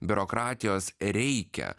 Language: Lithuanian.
biurokratijos reikia